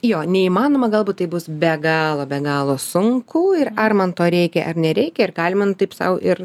jo neįmanoma galbūt tai bus be galo be galo sunku ir ar man to reikia ar nereikia ir galima nu taip sau ir